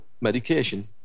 medication